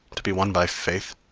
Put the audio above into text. to be won by faith,